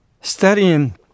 studying